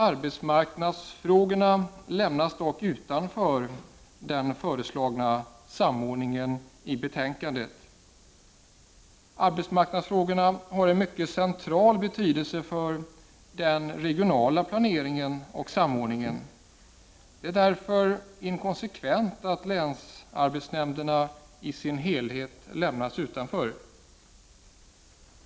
Arbetsmarknadsfrågorna lämnas i betänkandet dock utanför den föreslagna samordningen. Arbetsmarknadsfrågorna har en mycket central betydelse för den regionala planeringen och samordningen. Det är därför inkonsekvent att länsarbetsnämnderna i sin helhet lämnas utanför.